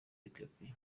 ethiopia